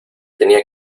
tenía